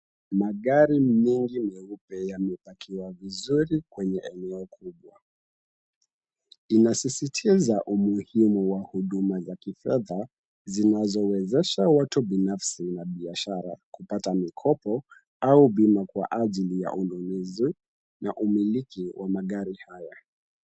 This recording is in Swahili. Magari ni mengi meupe yamepakiwa vizuri kwenye eneo kubwa. Inasisitiza umuhimu wa huduma za kifedha, zinazowezesha watu binafsi na biashara kupata mikopo au bima kwa ajili ya ununuzi na umiliki wa magari haya.